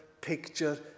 picture